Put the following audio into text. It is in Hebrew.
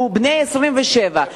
בני 27,